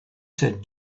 said